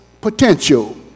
potential